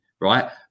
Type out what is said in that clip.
right